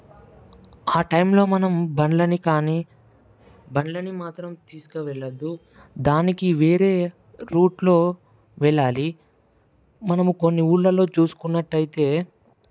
ఆ టైంలో మనం బండ్లని కానీ బండ్లని మాత్రం తీసుకువెళ్ళొద్దు దానికి వేరే రూట్లో వెళ్ళాలి మనము కొన్ని ఊళ్ళలో చూసుకున్నట్టయితే